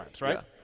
right